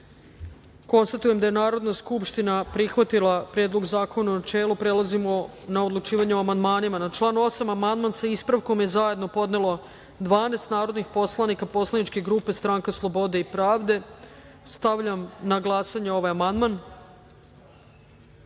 poslanika. Konstatujem da je Narodna skupština prihvatila Predlog zakona u načelu. Prelazimo na odlučivanje o amandmanima. Na član 8. amandman sa ispravkom je zajedno podnelo 12 narodnih poslanika poslaničke grupe Stranka slobode i pravde. Stavljam na glasanje ovaj